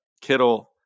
Kittle